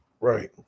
Right